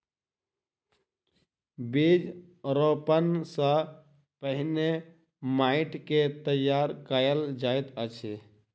बीज रोपण सॅ पहिने माइट के तैयार कयल जाइत अछि